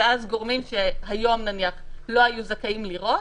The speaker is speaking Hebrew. ואז גורמים שהיום נניח לא היו זכאים לראות,